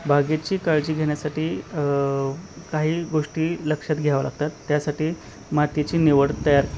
बागेची काळजी घेण्यासाठी काही गोष्टी लक्षात घ्यावं लागतात त्यासाठी मातीची निवड तयार